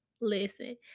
listen